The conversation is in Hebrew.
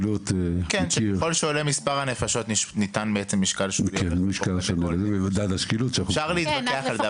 ככל שעולה מספר הנפשות ניתן משקל ------ אפשר להתווכח על זה